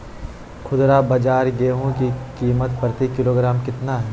खुदरा बाजार गेंहू की कीमत प्रति किलोग्राम कितना है?